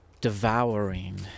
devouring